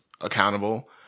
accountable